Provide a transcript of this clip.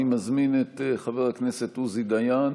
אני מזמין את חבר הכנסת עוזי דיין,